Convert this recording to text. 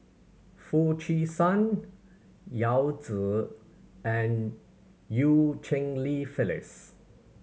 Foo Chee San Yao Zi and Eu Cheng Li Phyllis